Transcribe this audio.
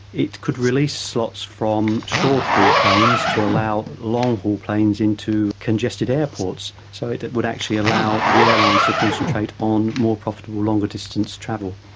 it could release slots from short-haul planes to allow long-haul planes into congested airports, so it would actually allow the airlines to concentrate on more profitable longer-distance travel.